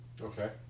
Okay